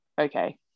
okay